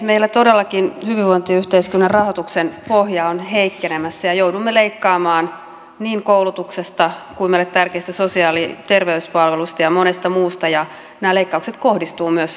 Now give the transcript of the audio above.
meillä todellakin hyvinvointiyhteiskunnan rahoituksen pohja on heikkenemässä ja joudumme leikkaamaan niin koulutuksesta kuin meille tärkeistä sosiaali ja terveyspalveluista ja monesta muusta ja nämä leikkaukset kohdistuvat myös kehitysyhteistyöhön